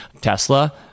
Tesla